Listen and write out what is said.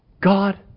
God